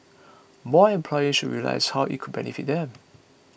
more employers should realise how it could benefit them